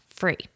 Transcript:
Free